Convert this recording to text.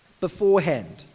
beforehand